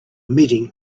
meeting